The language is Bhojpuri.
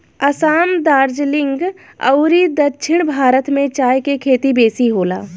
असाम, दार्जलिंग अउरी दक्षिण भारत में चाय के खेती बेसी होला